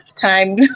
time